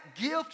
Gift